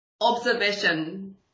observation